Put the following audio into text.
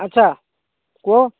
ଆଚ୍ଛା କୁହ